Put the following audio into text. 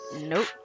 Nope